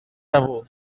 tabú